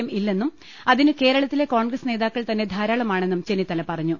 M ഇല്ലെന്നും അതിന് കേരളത്തിലെ കോൺഗ്രസ് നേതാ ക്കൾ തന്നെ ധാരാളമാണെന്നും ചെന്നിത്തല പറഞ്ഞു